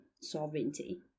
sovereignty